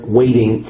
waiting